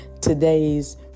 Today's